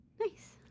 Nice